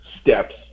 steps